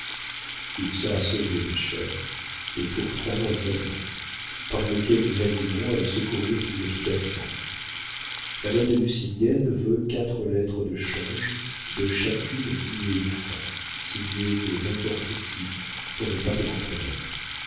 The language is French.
il sera sauvé ma chère mais pour trois mois seulement pendant lesquels nous aviserons à le secourir plus efficacement madame de nucingen veut quatre lettres de change de chacune dix mille francs signées de n'importe qui pour ne pas te compromettre